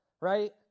right